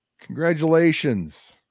congratulations